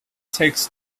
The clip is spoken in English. takes